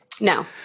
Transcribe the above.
No